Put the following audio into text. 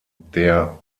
der